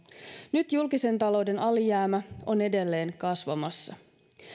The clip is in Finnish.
nyt julkisen talouden alijäämä on edelleen kasvamassa